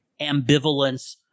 ambivalence